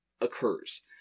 occurs